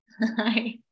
Hi